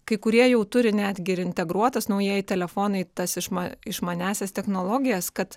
kai kurie jau turi netgi ir integruotas naujieji telefonai tas išma išmaniąsias technologijas kad